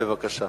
בבקשה.